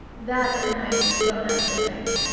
that and i don't actually drink.